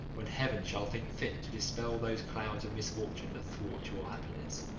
when heaven shall think fit to dispel those clouds of misfortune that thwart your happiness,